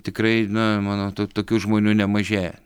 tikrai na manau to tokių žmonių nemažėja